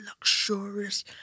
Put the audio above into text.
luxurious